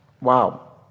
Wow